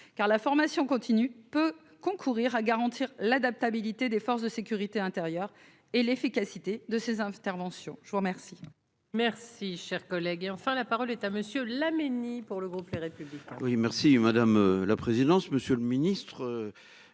car la formation continue peut concourir à garantir l'adaptabilité des forces de sécurité intérieure et l'efficacité de ces interventions, je vous remercie. Merci, cher collègue, et enfin la parole est à monsieur Laménie. Pour le groupe oui merci madame la présidence, monsieur le ministre,